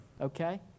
okay